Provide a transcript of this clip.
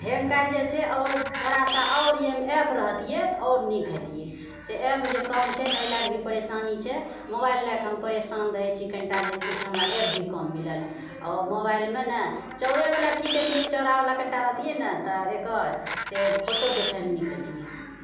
hang करि जाइत छै आओर थोड़ासँ आओर एहिमे एप रहितियै तऽ आओर निक हेतियै से एप जे कम छै न एहि लकऽ भी परेशानी छै मोबाइल लयकऽ हम परेशान रहैत छी कनिटा जे कुछ हमरा एप भी कम मिलल आओर मोबाइलमे नहि चौड़ेबला ठीक रहितियै चौड़ाबला कनिटा तऽ रहितियै न तऽ एकर से फोटो देखयमे निक रहितियै